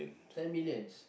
ten millions